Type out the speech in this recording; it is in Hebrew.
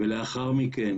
ולאחר מכן